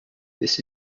this